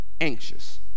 anxious